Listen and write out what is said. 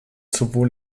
sowohl